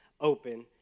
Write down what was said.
open